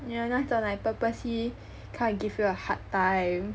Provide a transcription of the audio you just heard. yeah 那种 like purposely come give you a hard time